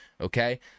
okay